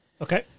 Okay